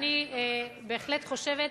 הכי טוב.